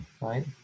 right